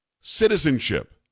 citizenship